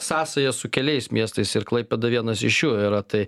sąsajas su keliais miestais ir klaipėda vienas iš jų yra tai